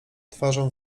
twarzą